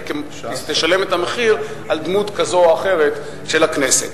תשלם את המחיר על דמות כזאת או אחרת של הכנסת.